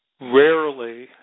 Rarely